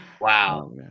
Wow